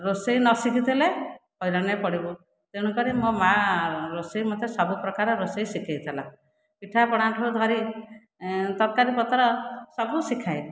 ରୋଷେଇ ନ ଶିଖିଥିଲେ ହଇରାଣରେ ପଡ଼ିବୁ ତେଣୁ କରି ମୋ ମା' ରୋଷେଇ ମୋତେ ସବୁପ୍ରକାର ରୋଷେଇ ଶିଖାଇଥିଲା ପିଠାପଣାଠୁ ଧରି ତରକାରୀପତ୍ର ସବୁ ଶିଖାଏ